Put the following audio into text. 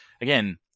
again